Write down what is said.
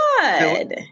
Good